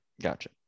Gotcha